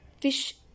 fish